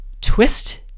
twist